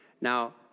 Now